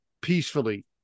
peacefully